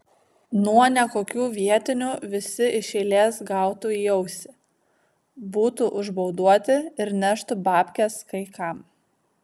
nuo nekokių vietinių visi iš eilės gautų į ausį būtų užbauduoti ir neštų babkes kai kam